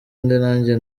nanjye